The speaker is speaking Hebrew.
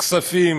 כספים,